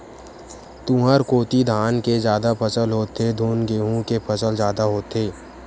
तुँहर कोती धान के जादा फसल होथे धुन गहूँ के फसल जादा होथे?